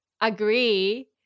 agree